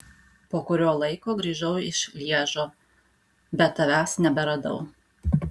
po kurio laiko grįžau iš lježo bet tavęs neberadau